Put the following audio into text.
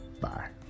bye